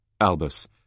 Albus